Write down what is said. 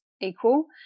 equal